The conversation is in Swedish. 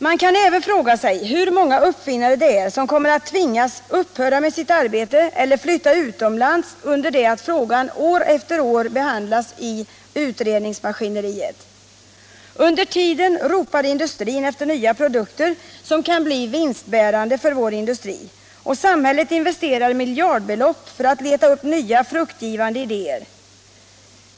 Man kan även fråga sig hur många uppfinnare som kommer att tvingas upphöra med sitt arbete eller flytta utomlands under det att frågan år efter år behandlas i utredningsmaskineriet. Under tiden ropar industrin efter nya produkter som kan bli vinst-' bärande för vår industri, och samhället investerar miljardbelopp för att leta upp nya fruktgivande idéer.